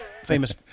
Famous